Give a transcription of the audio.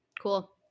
cool